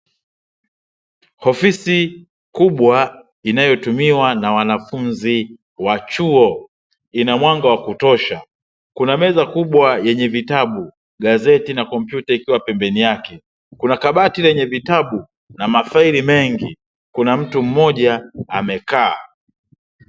Ofisi kubwa inayotumiwa na wanafunzi wa chuo, ina mwanga wa kutosha. Kuna meza kubwa yenye vitabu, gazeti na komputa ikiwa pembeni yake. Kuna kabati lenye vitabu na mafaili mengi. Kuna mtu mmoja amekaa.